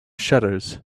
shutters